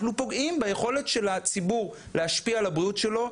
אנחנו פוגעים ביכולת של הציבור להשפיע על הבריאות שלו,